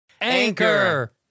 Anchor